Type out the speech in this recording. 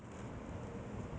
ah the